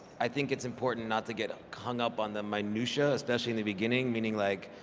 i think it's important not to get ah hung up on the minutiae, especially in the beginning. meaning like,